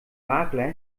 makler